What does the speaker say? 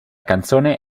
canzone